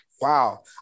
wow